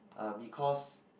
uh because